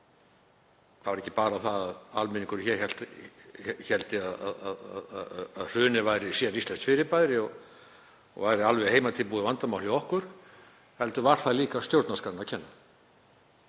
Það var ekki bara að almenningur héldi að hrunið væri séríslenskt fyrirbæri og alveg heimatilbúið vandamál hjá okkur heldur var það líka stjórnarskránni að kenna.